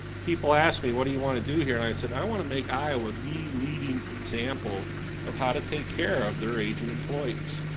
people ask me what do you want to do here and i said i want to make iowa the leading example of how to take care of their aging employees.